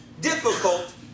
difficult